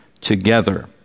together